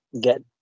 get